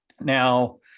now